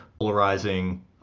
polarizing